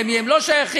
למי הם לא שייכים.